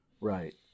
right